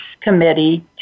Committee